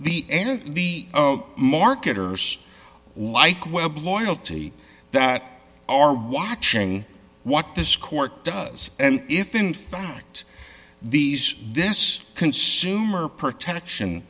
of the marketers like web loyalty that are watching what this court does and if in fact these this consumer protection